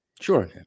Sure